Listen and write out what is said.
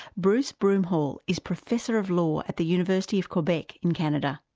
bruce broomhall is professor of law at the university of quebec in canada.